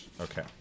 Okay